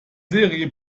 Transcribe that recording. seri